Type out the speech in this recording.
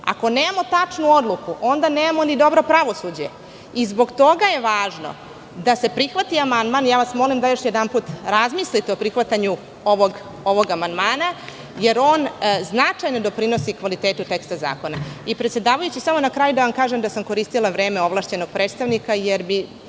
Ako nemamo tačnu odluku, onda nemamo ni dobro pravosuđe. Zbog toga je važno da se prihvati amandman. Molim vas da još jednom razmislite o prihvatanju ovog amandmana, jer on značajno doprinosi kvalitetu teksta zakona. Predsedavajući, na kraju da vam kažem da sam koristila vreme ovlašćenog predstavnika, jer bi